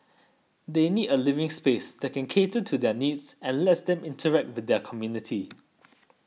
they need a living space that can cater to their needs and lets them interact with their community